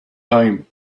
time